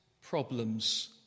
problems